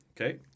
Okay